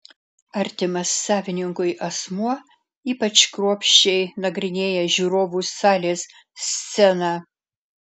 artimas savininkui asmuo ypač kruopščiai nagrinėja žiūrovų salės sceną